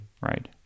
right